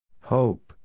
Hope